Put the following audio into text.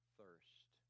thirst